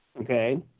okay